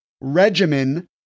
regimen